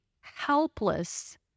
helpless